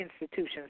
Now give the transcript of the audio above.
institutions